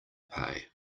pay